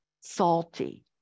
salty